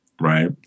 right